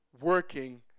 working